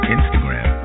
Instagram